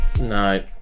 No